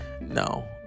No